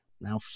now